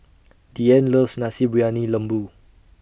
Deanne loves Nasi Briyani Lembu